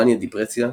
מניה דפרסיה,